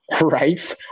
right